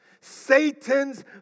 Satan's